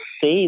say